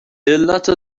علت